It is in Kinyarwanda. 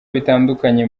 bitandukanye